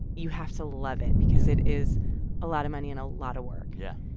you have to love it because it is a lot of money and a lot of work yeah.